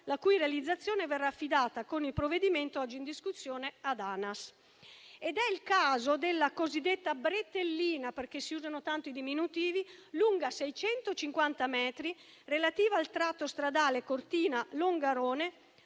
la cui realizzazione verrà affidata con il provvedimento oggi in discussione ad ANAS. È il caso della cosiddetta bretellina, così definita perché si usano tanto i diminutivi, lunga 650 metri, relativa al tratto stradale Cortina-Longarone;